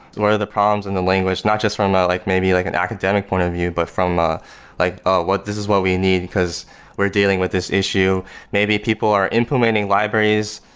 what are the problems in the language. not just from um ah like maybe like an academic point of view, but from ah like what this is what we need, because we're dealing with this issue maybe people are implementing libraries,